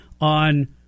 on